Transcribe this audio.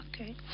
Okay